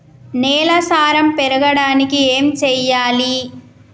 నేల సారం పెరగడానికి ఏం చేయాలి?